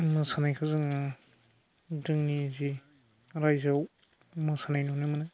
मोसानायखौ जोङो जोंनि जि रायजोआव मोसानाय नुनो मोनो